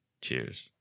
Cheers